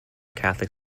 catholic